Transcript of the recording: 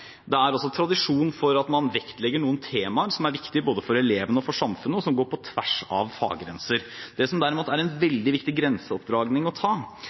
Det er også tradisjon for å vektlegge noen temaer som er viktige både for elevene og for samfunnet, og som går på tvers av faggrenser. Det som derimot er en veldig viktig grensedragning å ta,